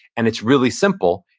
and it's really simple.